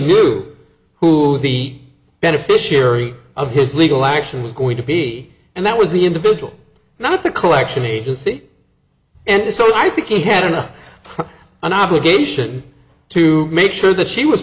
knew who the beneficiary of his legal action was going to be and that was the individual not the collection agency and so i think he had enough an obligation to make sure that she was